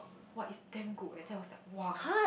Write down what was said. !wah! it's damn good eh then I was like !wah!